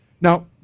now